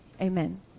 Amen